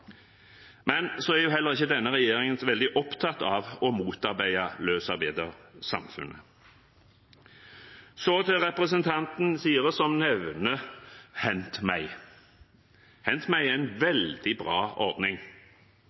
men så er heller ikke denne regjeringen så veldig opptatt av å motarbeide løsarbeidersamfunnet. Til representanten Åsjord Sire, som nevner HentMeg: HentMeg er en veldig bra ordning.